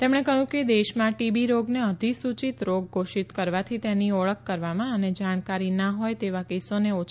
તેમણે કહ્યું કે દેશમાં ટીબી રોગને અધિસૂચિત રોગ ઘોષિત કરવાથી તેની ઓળખ કરવામાં અને જાણકારી ના હોય તેવા કેસોને ઓછા કરવામાં મદદ મળી છે